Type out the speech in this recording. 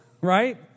right